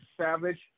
savage